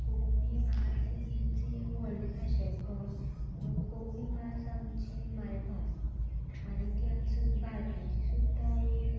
कोंकणी भास हीच एक व्हडलें खाशेंलपण कोंकणी भास आमची मायभास आनी ती आतां सुद्दा भारताची सुद्दा एक